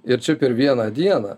ir čia per vieną dieną